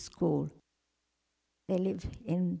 school they lived in